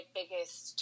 biggest